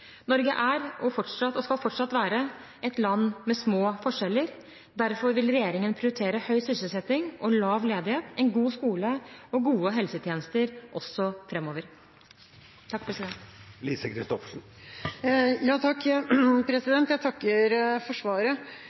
Norge er og skal fortsatt være et land med små forskjeller. Derfor vil regjeringen prioritere høy sysselsetting og lav ledighet, en god skole og gode helsetjenester også